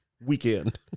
weekend